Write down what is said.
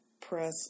press